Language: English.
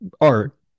art